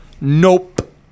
Nope